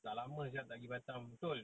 dah lama sia tak pergi batam betul